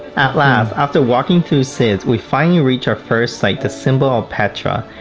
at last, after walking through siq, we finally reach our first site, the symbol of petra,